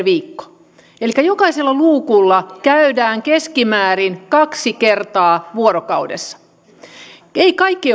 viikko elikkä jokaisella luukulla käydään keskimäärin kaksi kertaa vuorokaudessa ei kaikki